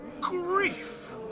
grief